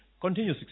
Continue